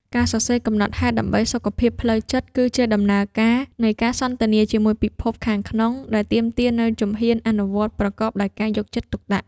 ការសរសេរកំណត់ហេតុដើម្បីសុខភាពផ្លូវចិត្ត គឺជាដំណើរការនៃការសន្ទនាជាមួយពិភពខាងក្នុង ដែលទាមទារនូវជំហានអនុវត្តប្រកបដោយការយកចិត្តទុកដាក់។